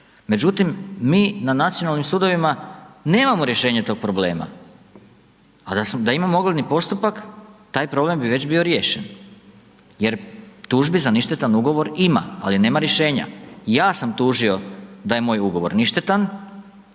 međutim mi na nacionalnim sudovima nemamo rješenje tog problema ali da imamo ogledni postupak, taj problem bi već bio riješen jer tužbi za ništetan ugovor imali ali nema rješenja. Ja sam tužio da je moj ugovor ništetan,